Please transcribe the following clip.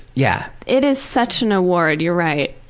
yeah. it is such an award, you're right.